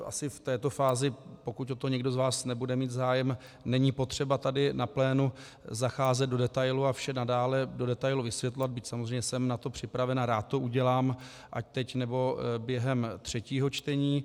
V této fázi, pokud o to nikdo z vás nebude mít zájem, není asi potřeba tady na plénu zacházet do detailu a vše nadále do detailu vysvětlovat, byť samozřejmě jsem na to připraven a rád to udělám ať teď, nebo během třetího čtení.